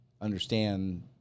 understand